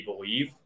believe